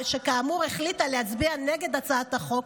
שכאמור החליטה להצביע נגד הצעת החוק,